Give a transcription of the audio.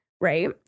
right